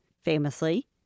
famously